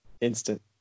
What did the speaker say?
instant